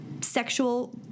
sexual